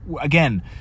again